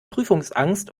prüfungsangst